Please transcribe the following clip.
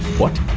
what?